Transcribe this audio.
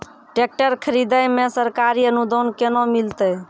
Tractor खरीदै मे सरकारी अनुदान केना मिलतै?